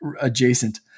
adjacent